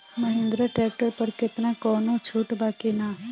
Mahindra tractor पर केतना कौनो छूट बा कि ना?